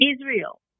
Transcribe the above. Israel